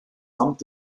amt